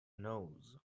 nose